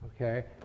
okay